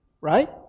right